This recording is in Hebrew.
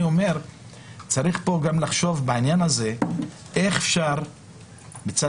אני אומר שבעניין הזה צריך לחשוב איך אפשר מצד